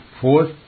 Fourth